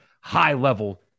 high-level